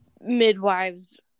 midwives